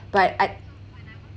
but I